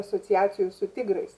asociacijų su tigrais